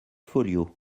folliot